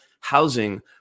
housing